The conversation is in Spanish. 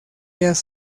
ellas